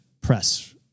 Press